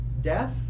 death